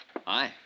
Hi